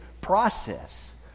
process